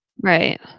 Right